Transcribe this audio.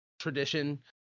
tradition